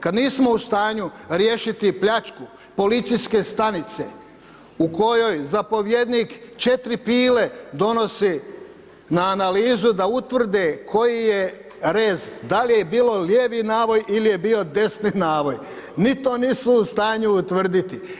Kad nismo u stanju riješiti pljačku policijske stanice u kojoj zapovjednik 4 pile donosi na analizu da utvrde koji je rez, da li je bilo lijevi navoj il je bio desni navoj, ni to nisu u stanju utvrditi.